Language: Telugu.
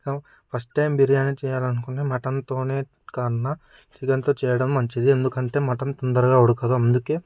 మటన్ ఫస్ట్ టైం బిర్యానీ చేయాలనుకున్నా మటన్తోనే కన్నా చికెన్తో చేయడం మంచిది ఎందుకంటే మటన్ తొందరగా ఉడకదు అందుకే